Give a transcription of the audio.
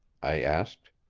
i asked.